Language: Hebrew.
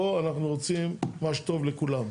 פה אנחנו רוצים את מה שטוב לכולם.